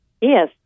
yes